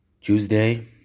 tuesday